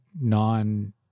non